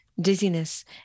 dizziness